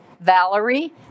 valerie